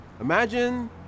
imagine